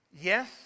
yes